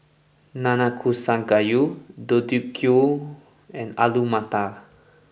Nanakusa Gayu Deodeok Gui and Alu Matar